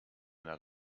that